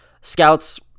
Scouts